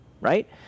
right